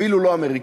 אפילו לא אמריקנית,